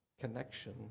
Connection